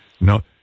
No